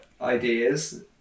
ideas